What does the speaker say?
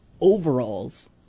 overalls